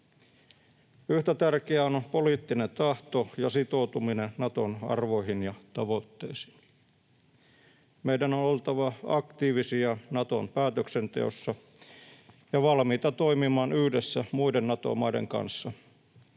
Yhtä tärkeää on poliittinen tahto ja sitoutuminen Naton arvoihin ja tavoitteisiin. Meidän on oltava aktiivisia Naton päätöksenteossa ja valmiita toimimaan yhdessä muiden Nato-maiden kanssa